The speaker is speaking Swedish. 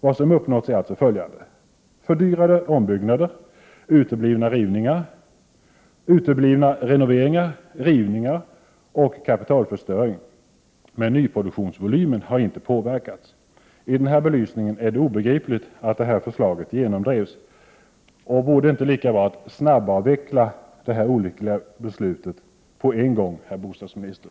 Vad som uppnåtts är alltså följande: fördyrade ombyggnader, uteblivna renoveringar, rivningar och kapitalförstöring. Men nyproduktionsvolymen har inte påverkats. I den här belysningen är det obegripligt att förslaget genomdrevs. Vore det inte lika bra att på en gång snabbavveckla detta olyckliga beslut, herr bostadsminister?